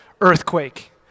earthquake